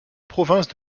province